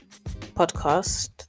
podcast